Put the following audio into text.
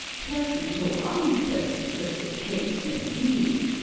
pleasant or unpleasant, as the case may be.